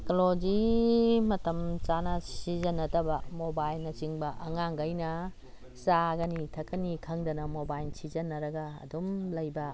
technology ꯃꯇꯝ ꯆꯥꯅ ꯁꯤꯖꯤꯟꯅꯗꯕ ꯃꯣꯕꯥꯏꯜꯅ ꯆꯤꯡꯕ ꯑꯉꯥꯡꯒꯩꯅ ꯆꯥꯒꯅꯤ ꯊꯛꯀꯅꯤ ꯈꯪꯗꯅ ꯃꯣꯕꯥꯏꯜ ꯁꯤꯖꯤꯟꯅꯔꯒ ꯑꯗꯨꯝ ꯂꯩꯕ